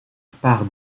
part